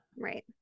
Right